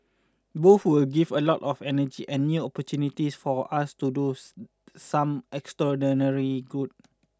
both will give a lot of energy and new opportunity for us to do some extraordinary good